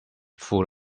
full